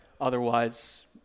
otherwise